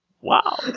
Wow